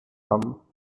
tom